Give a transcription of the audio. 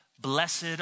Blessed